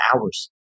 hours